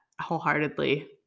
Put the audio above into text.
wholeheartedly